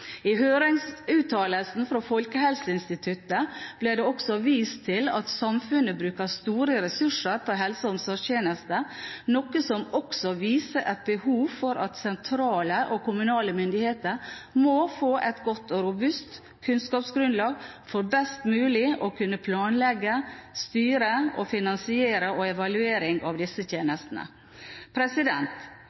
I høringsuttalelsen fra Folkehelseinstituttet ble det også vist til at samfunnet bruker store ressurser på helse- og omsorgstjenester, noe som også viser behovet for at sentrale og kommunale myndigheter må få et godt og robust kunnskapsgrunnlag for best mulig å kunne planlegge, styre, finansiere og evaluere disse tjenestene.